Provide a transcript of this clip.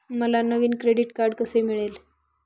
मला नवीन credit card कसे मिळेल?